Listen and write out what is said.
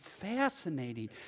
fascinating